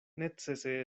necese